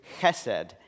chesed